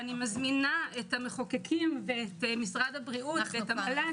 ואני מזמינה את המחוקקים ואת משרד הבריאות ואת המל"ג,